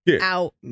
out